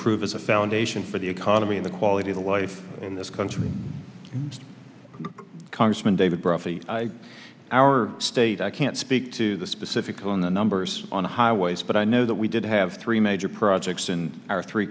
prove as a foundation for the economy in the quality of life in this country congressman david brody our state i can't speak to the specific on the numbers on highways but i know that we did have three major projects in our three